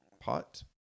pot